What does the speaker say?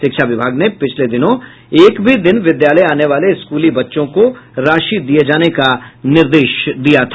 शिक्षा विभाग ने पिछले दिनों एक भी दिन विद्यालय आने वाले स्कूली बच्चो को राशि दिए जाने का निर्देश दिया था